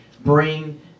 bring